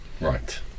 Right